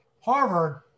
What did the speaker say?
Harvard